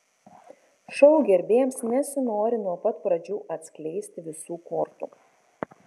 šou gerbėjams nesinori nuo pat pradžių atskleisti visų kortų